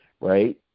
Right